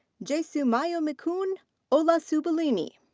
jesumayomikun olasubulumi.